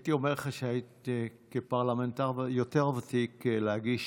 הייתי אומר לך כפרלמנטר יותר ותיק להגיש